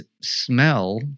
Smell